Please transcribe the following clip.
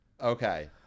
Okay